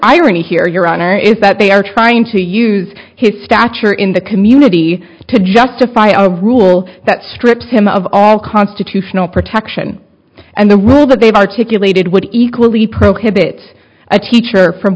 irony here your honor that they are trying to use his stature in the community to justify a rule that stripped him of all constitutional protection and the robot they've articulated would equally prohibit a teacher from